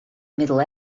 middle